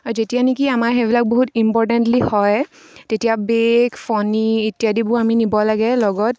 আৰু যেতিয়া নেকি আমাৰ সেইবিলাক বহুত ইম্পৰ্টেণ্টলি হয় তেতিয়া বেগ ফণি ইত্যাদিবোৰ আমি নিব লাগে লগত